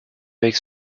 avec